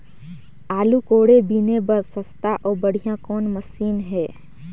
आलू कोड़े बीने बर सस्ता अउ बढ़िया कौन मशीन हे?